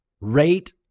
rate